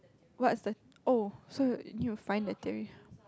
what's the oh so you need you find the thing